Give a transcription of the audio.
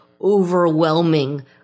overwhelming